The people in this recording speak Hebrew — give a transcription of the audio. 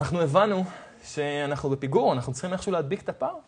אנחנו הבנו שאנחנו בפיגור, אנחנו צריכים איכשהו להדביק את הפער.